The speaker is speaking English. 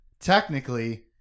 Technically